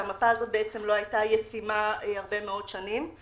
שהמפה הזאת בעצם לא היתה ישימה הרבה מאוד שנים.